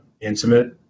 intimate